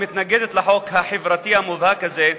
מתנגדת לחוק החברתי המובהק הזה,